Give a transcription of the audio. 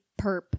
perp